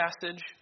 passage